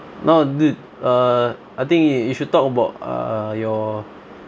no d~ uh I think it you should talk about uh your